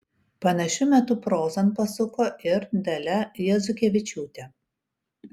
panašiu metu prozon pasuko ir dalia jazukevičiūtė